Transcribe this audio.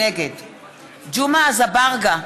נגד ג'מעה אזברגה,